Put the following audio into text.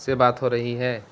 سے بات ہو رہی ہے